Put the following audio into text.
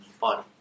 body